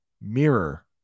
mirror